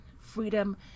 Freedom